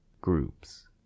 groups